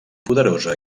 poderosa